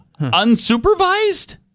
Unsupervised